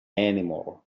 anymore